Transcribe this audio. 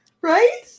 right